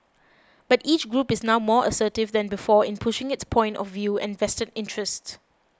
but each group is now more assertive than before in pushing its point of view and vested interests